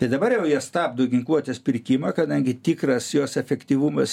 tai dabar jau jie stabdo ginkluotės pirkimą kadangi tikras jos efektyvumas